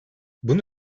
bunu